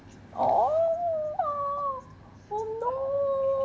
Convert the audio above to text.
oh !wah! oh no